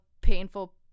painful